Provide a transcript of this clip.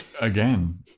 again